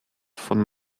von